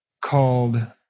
called